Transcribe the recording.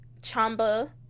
Chamba